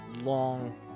long